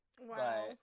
Wow